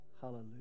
Hallelujah